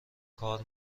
کار